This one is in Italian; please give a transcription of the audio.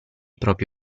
propri